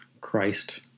Christ